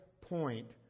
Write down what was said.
point